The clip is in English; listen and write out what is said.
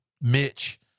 Mitch